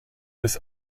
des